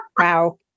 Wow